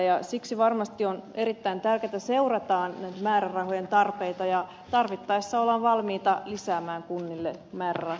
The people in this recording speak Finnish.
ja siksi varmasti on erittäin tärkeätä että seurataan näiden määrärahojen tarpeita ja tarvittaessa ollaan valmiita lisäämään kunnille määrärahoja tähän toimintaan